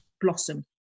blossom